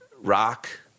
rock